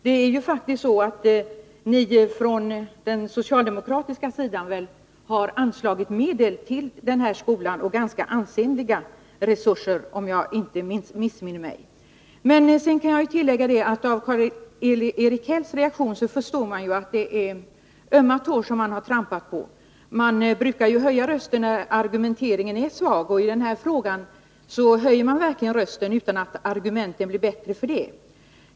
Det är faktiskt så att ni från den socialdemokratiska sidan har anslagit medel till denna skola — ganska ansenliga resurser, om jag inte missminner mig. Jag kan tillägga att man av Karl-Erik Hälls reaktion förstår att det är ömma tår jag har trampat på. Man brukar ju höja rösten när argumenteringen är svag. I den här frågan höjer man verkligen rösten, utan att argumenten blir bättre för det.